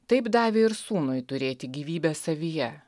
taip davė ir sūnui turėti gyvybę savyje